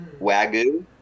Wagyu